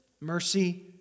mercy